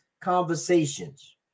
conversations